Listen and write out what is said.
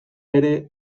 ere